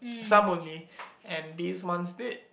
some only and these ones did